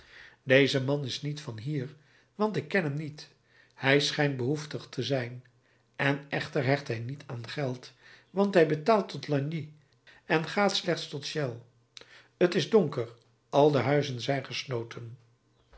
deze man is niet van hier want ik ken hem niet hij schijnt behoeftig te zijn en echter hecht hij niet aan geld want hij betaalt tot lagny en gaat slechts tot chelles t is donker al de huizen zijn gesloten